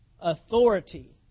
Authority